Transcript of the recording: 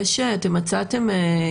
אילנה,